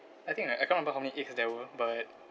I think I I can't remember how many eggs there were but